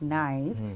nice